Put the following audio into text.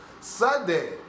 Sunday